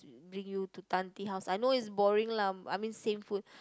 bring you to Tang-Tea-House I know is boring lah I mean same food